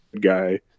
guy